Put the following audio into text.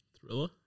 Thriller